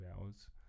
hours